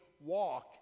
walk